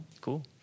cool